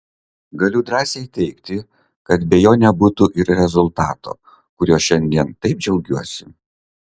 galiu drąsiai teigti kad be jo nebūtų ir rezultato kuriuo šiandien taip džiaugiuosi